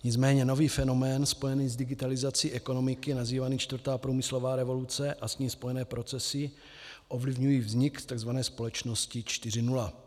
Nicméně nový fenomén spojený s digitalizací ekonomiky nazývaný čtvrtá průmyslová revoluce a s ní spojené procesy ovlivňují vznik takzvané Společnosti 4.0.